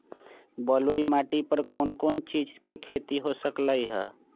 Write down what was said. बलुई माटी पर कोन कोन चीज के खेती हो सकलई ह?